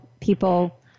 people